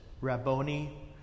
Rabboni